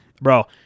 Bro